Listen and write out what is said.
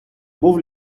був